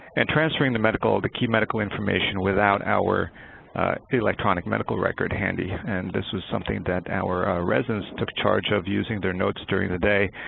and transferring the medical the key medical information without our electronic medical record handy. and this was something that our residents took charge of using their notes during the day,